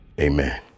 Amen